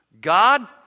God